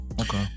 Okay